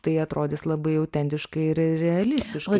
tai atrodys labai autentiškai ir realistiškai